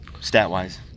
stat-wise